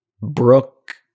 Brooke